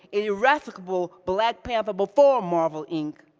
an irascible black panther before marvel, inc.